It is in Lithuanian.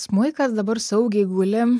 smuikas dabar saugiai guli